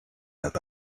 that